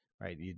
right